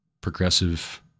progressive